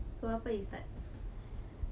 pukul berapa you start